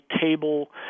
table